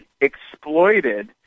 exploited